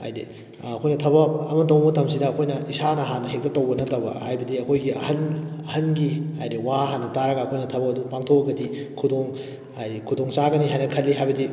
ꯍꯥꯏꯗꯤ ꯑꯩꯈꯣꯏꯅ ꯊꯕꯛ ꯑꯃ ꯇꯧꯕ ꯃꯇꯝꯁꯤꯗ ꯑꯩꯈꯣꯏꯅ ꯏꯁꯥꯅ ꯍꯥꯟꯅ ꯍꯦꯛꯇ ꯇꯧꯕ ꯅꯠꯇꯕ ꯍꯥꯏꯕꯗꯤ ꯑꯩꯈꯣꯏꯒꯤ ꯑꯍꯜ ꯑꯍꯜꯒꯤ ꯍꯥꯏꯗꯤ ꯋꯥ ꯍꯥꯟꯅ ꯇꯥꯔꯒ ꯑꯩꯈꯣꯏꯅ ꯊꯕꯛ ꯑꯗꯨ ꯄꯥꯡꯊꯣꯛꯂꯒꯗꯤ ꯈꯨꯗꯣꯡ ꯍꯥꯏꯗꯤ ꯈꯨꯗꯣꯡ ꯆꯥꯒꯅꯤ ꯍꯥꯏꯅ ꯈꯜꯂꯤ ꯍꯥꯏꯕꯗꯤ